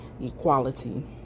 equality